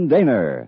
Daner